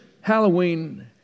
Halloween